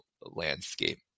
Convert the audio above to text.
landscape